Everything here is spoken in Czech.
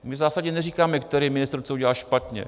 My zásadně neříkáme, který ministr co udělal špatně.